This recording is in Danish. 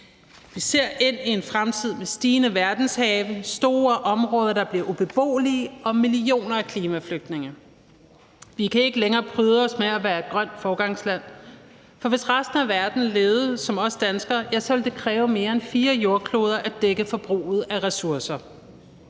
Vi ser ind i en fremtid med stigende verdenshave, store områder, der bliver ubeboelige, og millioner af klimaflygtninge. Vi kan ikke længere bryste os af at være et grønt foregangsland, for hvis resten af verden levede som os danskere, ja, så ville det kræve mere end fire jordkloder at dække forbruget af ressourcer.